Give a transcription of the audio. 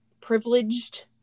privileged